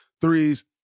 threes